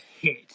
hit